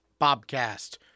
Bobcast